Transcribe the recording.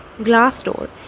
Glassdoor